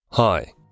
Hi